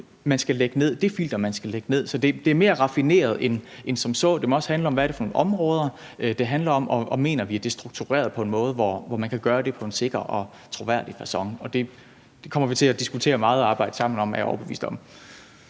risiko, er det jo det filter, man skal lægge ned over det. Så det er mere raffineret end som så, for det må også handle om, hvilket område det er, og om man mener, at det er struktureret på en måde, så man kan gøre det på en sikker og troværdig facon. Det kommer vi til at diskutere meget og arbejde sammen om, er jeg overbevist om.